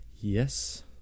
Yes